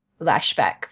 lashback